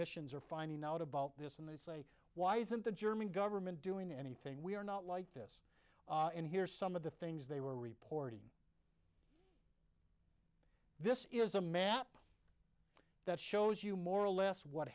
missions are finding out about this and they why isn't the german government doing anything we are not like this and here are some of the things they were reporting this is a map that shows you more or less what